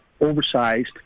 oversized